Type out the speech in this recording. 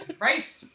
Right